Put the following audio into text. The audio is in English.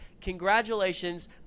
Congratulations